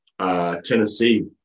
Tennessee